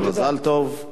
במזל טוב.